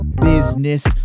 business